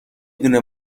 دونه